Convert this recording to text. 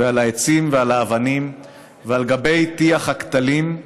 ועל העצים ועל האבנים ועל גבי טיח הכתלים /